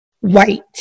white